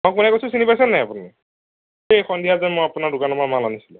মই কোনে কৈছো চিনি পাইছেনে নাই আপুনি এই সন্ধিয়া যে মই আপোনাৰ দোকানৰ পৰা মাল আনিছিলোঁ